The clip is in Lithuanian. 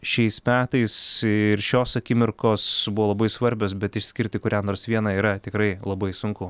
šiais metais ir šios akimirkos buvo labai svarbios bet išskirti kurią nors vieną yra tikrai labai sunku